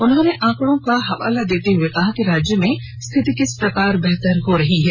उन्होंने आंकड़ों का हवाला देते हुए बताया कि राज्य में रिथति किस प्रकार बेहतर हो रही है